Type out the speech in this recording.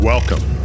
Welcome